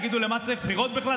יגידו: למה צריך בחירות בכלל?